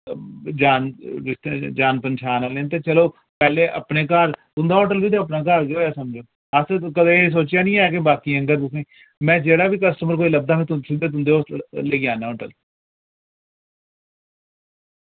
जान जान पंछान आह्ले न ते चलो पैह्ले अपने घर तुंदा होटल वि ते अपना घर गै होया समझो अस ते कदे एह् सोचेया निं ऐ के बाकि अह्नर तुसें में जेह्ड़ा वि कस्टमर कोई लब्दा में सीद्दे तुंदे होस्टल लेई आना होटल